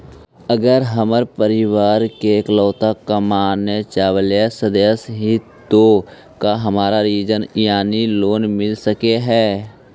अगर हम परिवार के इकलौता कमाने चावल सदस्य ही तो का हमरा ऋण यानी लोन मिल सक हई?